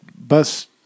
bus